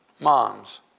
moms